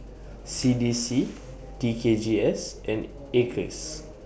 C D C T K G S and Acres